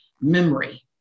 memory